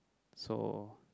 so